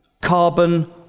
carbon